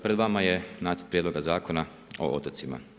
Pred vama je nacrt prijedloga Zakona o otocima.